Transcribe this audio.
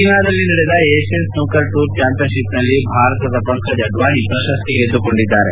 ಚೀನಾದಲ್ಲಿ ನಡೆದ Asian snooker tour ಚಾಂಪಿಯನ್ಶಿಪ್ನಲ್ಲಿ ಭಾರತದ ಪಂಕಜ್ ಅಡ್ವಾಣಿ ಪ್ರಶಸ್ತಿ ಗೆದ್ದುಕೊಂಡಿದ್ದಾರೆ